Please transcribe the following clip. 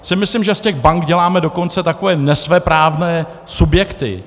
Já si myslím, že z těch bank děláme dokonce takové nesvéprávné subjekty.